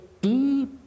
deep